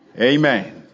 Amen